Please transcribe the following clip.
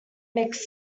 mixed